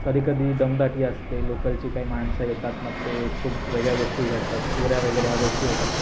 कधी कधी दमदाटी असते लोकलची काही माणसं येतात मग ते खूप वेगळ्या गोष्टी घडतात चोऱ्या वगैरे ह्या गोष्टी होतात